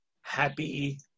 happy